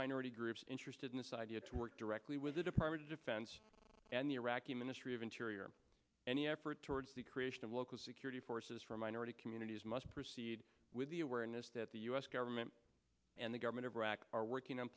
minority groups interested in this idea to work directly with it apart defense and the iraqi ministry of interior any effort towards the creation of local security forces for minority communities must proceed with the awareness that the us government and the government of iraq are working